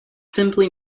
simply